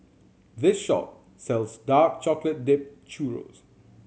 this shop sells dark chocolate dipped churro